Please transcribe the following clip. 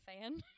fan